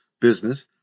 business